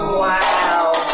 wow